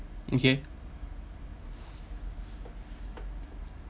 okay